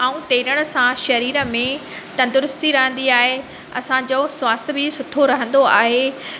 ऐं तैरण सां शरीर में तंदुरुस्ती रहंदी आहे असांजो स्वास्थ्य बि सुठो रहंदो आहे